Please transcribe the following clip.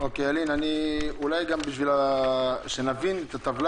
היינו רוצים לדעת אם יש לכם מענה לדבר